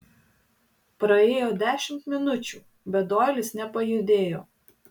praėjo dešimt minučių bet doilis nepajudėjo